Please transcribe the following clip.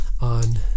on